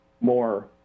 more